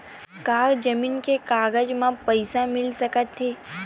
का जमीन के कागज म पईसा मिल सकत हे?